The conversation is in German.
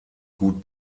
gut